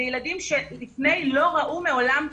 אלה ילדים שלפני לא ראו מעולם חוג.